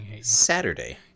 saturday